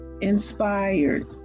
inspired